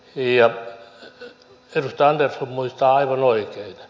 edustaja andersson muistaa aivan oikein